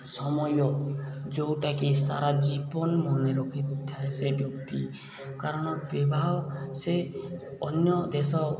ସମୟ ଯେଉଁଟାକି ସାରା ଜୀବନ ମନେରଖିଥାଏ ସେ ବ୍ୟକ୍ତି କାରଣ ବିବାହ ସେ ଅନ୍ୟ ଦେଶ